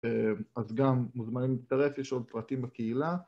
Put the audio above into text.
אז גם מוזמנים להצטרף יש עוד פרטים בקהילה.